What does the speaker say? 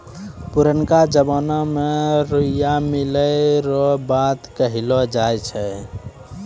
पुरनका जमाना मे रुइया मिलै रो बात कहलौ जाय छै